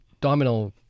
domino